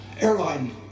Airline